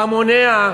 בהמוניה,